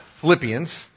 Philippians